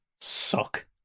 suck